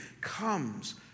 comes